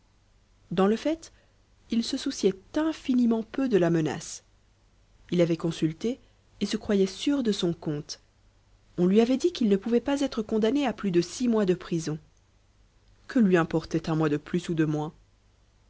dans le fait il se souciait infiniment peu de la menace il avait consulté et se croyait sûr de son compte on lui avait dit qu'il ne pouvait pas être condamné à plus de six mois de prison que lui importait un mois de plus ou de moins